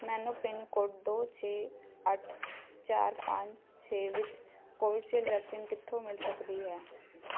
ਮੈਨੂੰ ਪਿੰਨਕੋਡ ਦੋ ਛੇ ਅੱਠ ਚਾਰ ਪੰਜ ਛੇ ਵਿੱਚ ਕੋਵਿਸ਼ੀਲਡ ਵੈਕਸੀਨ ਕਿੱਥੋਂ ਮਿਲ ਸਕਦੀ ਹੈ